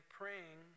praying